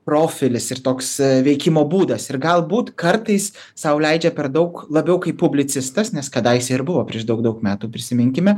profilis ir toks veikimo būdas ir galbūt kartais sau leidžia per daug labiau kaip publicistas nes kadaise ir buvo prieš daug daug metų prisiminkime